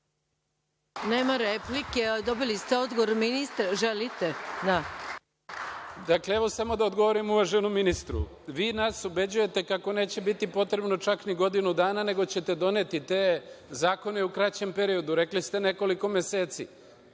Nema replike, dobili ste odgovor ministra. **Nemanja Šarović** Samo da odgovornim uvaženom ministru. Vi nas ubeđujete kako neće biti potrebno čak ni godinu dana, nego ćete doneti te zakone u kraćem periodu, rekli ste nekoliko meseci.(Vladan